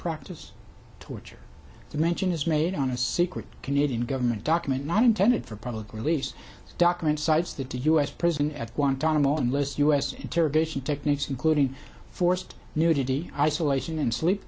practice torture the mention is made on a secret canadian government document not intended for public release documents cites that the u s prison at guantanamo enlist u s interrogation techniques including forced nudity isolation and sleep